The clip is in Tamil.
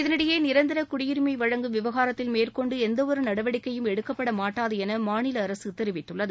இதனிடையே நிரந்தர குடியரிமை வழங்கும் விவகாரத்தில் மேற்கொண்டு எந்தவொரு நடவடிக்கையும் எடுக்கப்பட மாட்டாது என மாநில அரசு தெரிவித்துள்ளது